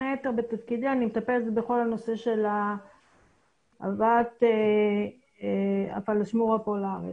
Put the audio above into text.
היתר בתפקידי אני מטפלת בכל הנושא של הבאת הפלאש מורה לארץ.